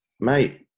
Mate